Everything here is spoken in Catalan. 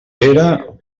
pere